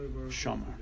Shomer